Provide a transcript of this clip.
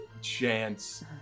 chance